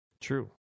True